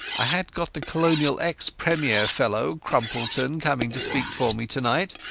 i had got the colonial ex-premier fellow, crumpleton, coming to speak for me tonight,